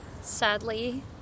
sadly